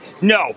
No